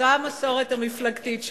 זו המסורת המפלגתית שלנו.